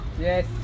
Yes